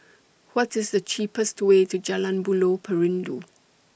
What IS The cheapest Way to Jalan Buloh Perindu